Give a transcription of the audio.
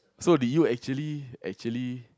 so do you actually actually